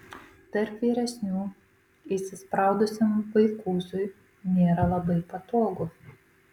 tarp vyresnių įsispraudusiam vaikūzui nėra labai patogu